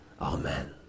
Amen